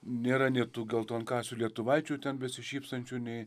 nėra nė tų geltonkasių lietuvaičių ten besišypsančių nei